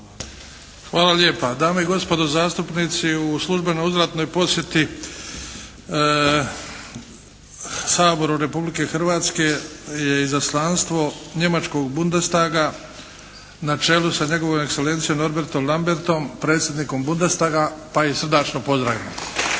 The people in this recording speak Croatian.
Hvala lijepa. Dame i gospodo zastupnici, u službenoj uzvratnoj posjeti Saboru Republike Hrvatske je izaslanstvo njemačkog Bundestaga na čelu sa njegovom ekselencijom Norbertom Lammertom predsjednikom Bundestaga pa ih srdačno pozdravimo.